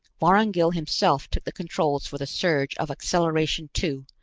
vorongil himself took the controls for the surge of acceleration two,